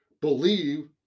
believe